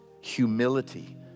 humility